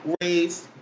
Raised